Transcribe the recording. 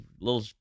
little